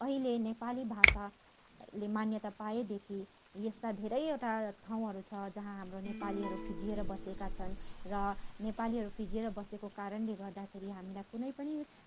अहिले नेपाली भाषाले मान्यता पाएदेखि यस्ता धेरैवटा ठाउँहरू छ जहाँ हाम्रो नेपालीहरू फिँजिएर बसेका छन् र नेपालीहरू फिँजिएर बसेको कारणले गर्दाखेरि हामीलाई कुनै पनि